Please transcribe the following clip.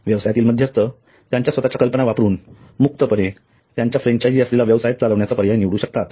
व्यवसायातील मध्यस्थ त्यांच्या स्वतःच्या कल्पना वापरून मुक्तपणे त्यांचा फ्रँचायझी असलेला व्यवसाय चालविण्याचा पर्याय निवडू शकतात